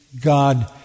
God